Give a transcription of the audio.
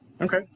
Okay